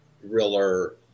thriller